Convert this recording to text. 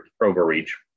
overreach